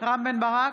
רם בן ברק,